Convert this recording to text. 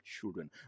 children